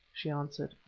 she answered.